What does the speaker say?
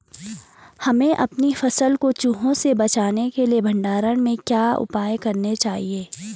हमें अपनी फसल को चूहों से बचाने के लिए भंडारण में क्या उपाय करने चाहिए?